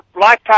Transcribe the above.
lifetime